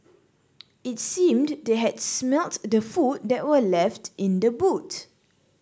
it seemed they had smelt the food that were left in the boot